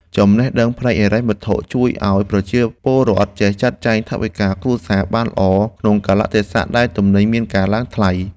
ចំណេះដឹងផ្នែកហិរញ្ញវត្ថុជួយឱ្យប្រជាពលរដ្ឋចេះចាត់ចែងថវិកាគ្រួសារបានល្អក្នុងកាលៈទេសៈដែលទំនិញមានការឡើងថ្លៃ។